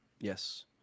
Yes